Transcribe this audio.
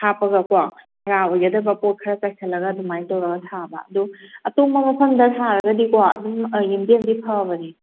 ꯍꯥꯞꯄꯒꯀꯣ ꯍꯥꯔ ꯑꯣꯏꯒꯗꯕ ꯄꯣꯠ ꯈꯔ ꯆꯥꯏꯁꯜꯂꯒ ꯑꯗꯨꯃꯥꯏꯅ ꯇꯧꯔꯒ ꯊꯥꯕ ꯑꯗꯣ ꯑꯇꯣꯡꯕ ꯃꯐꯝꯗ ꯊꯥꯔꯒꯗꯤꯀꯣ ꯑꯗꯨꯝ ꯌꯦꯟꯗꯦꯝꯗꯤ ꯐꯕꯅꯤ